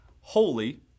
holy